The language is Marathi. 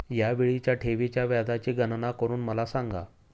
या वेळीच्या ठेवीच्या व्याजाची गणना करून मला सांगा